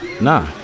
Nah